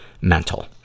mental